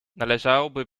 należałoby